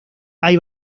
hay